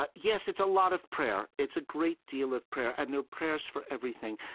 but yes, it's a lot of prayer. it's a great deal of prayer, and there are prayers for everything.